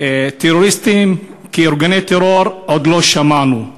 כטרוריסטים, כארגוני טרור, עוד לא שמענו.